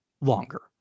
longer